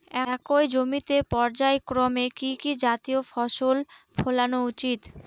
একই জমিতে পর্যায়ক্রমে কি কি জাতীয় ফসল ফলানো উচিৎ?